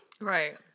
Right